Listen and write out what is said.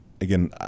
again